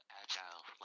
agile